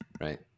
right